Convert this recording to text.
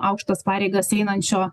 aukštas pareigas einančio